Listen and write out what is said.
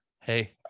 Hey